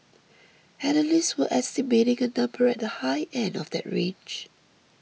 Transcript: analysts were estimating a number at the high end of that range